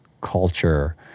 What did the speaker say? culture